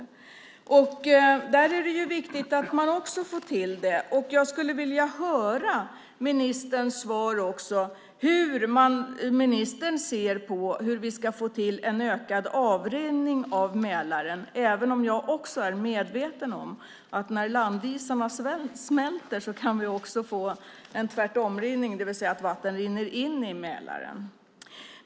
Också där är det viktigt att man får till det. Jag skulle vilja höra hur ministern ser på frågan om hur vi ska få till en ökad avrinning av Mälaren. Jag är också medveten om att vi när landisarna smälter kan få en "tvärtomrinning", det vill säga att vatten rinner in i Mälaren.